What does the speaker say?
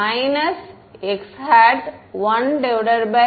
மாணவர் x தொப்பி